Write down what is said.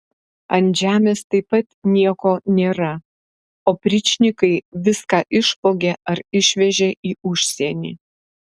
ant žemės taip pat nieko nėra opričnikai viską išvogė ar išvežė į užsienį